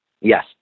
Yes